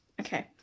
Okay